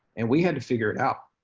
and we had to figure it out.